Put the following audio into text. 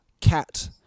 cat